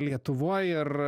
lietuvoj ir